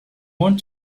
want